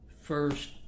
first